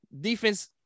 Defense